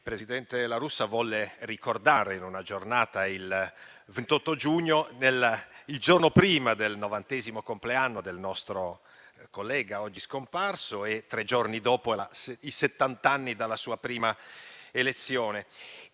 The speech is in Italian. presidente La Russa, volle ricordare in una giornata, il 28 giugno, il giorno prima del novantesimo compleanno del nostro collega oggi scomparso, e tre giorni dopo i settant'anni anni dalla sua prima elezione.